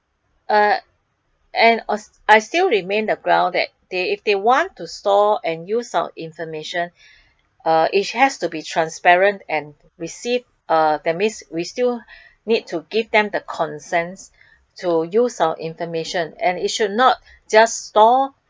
uh and I still remain the ground that they if they want to store and use our information uh it has to be transparent and receive uh that means we still need to give them the consents to use our information and it should not just store